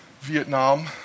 Vietnam